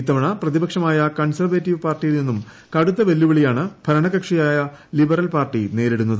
ഇത്തവണ പ്രതിപക്ഷമായ കൺസർവേറ്റീവ് പാർട്ടിയിൽ നിന്നു കടുത്ത വെല്ലുവിളിയാണു ഭരണകക്ഷിയായ ലിബറൽ പാർട്ടി നേരിടുന്നത്